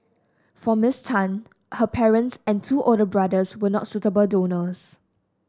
for Miss Tan her parents and two older brothers were not suitable donors